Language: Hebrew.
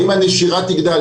האם הנשירה תגדל,